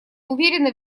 уверены